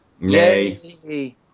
Yay